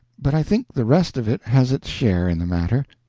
but i think the rest of it has its share in the matter.